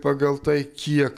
pagal tai kiek